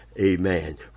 Amen